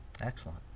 excellent